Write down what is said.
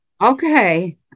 Okay